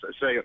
say